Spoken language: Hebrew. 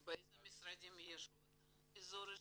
באיזה משרדים עוד יש אזור אישי?